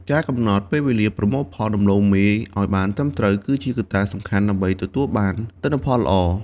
ការកំណត់ពេលវេលាប្រមូលផលដំឡូងមីឱ្យបានត្រឹមត្រូវ គឺជាកត្តាសំខាន់ដើម្បីទទួលបានទិន្នផលល្អ។